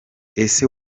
ese